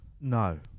No